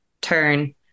turn